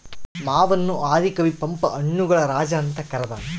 ಮಾವನ್ನು ಆದಿ ಕವಿ ಪಂಪ ಹಣ್ಣುಗಳ ರಾಜ ಅಂತ ಕರದಾನ